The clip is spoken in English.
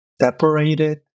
separated